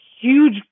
Huge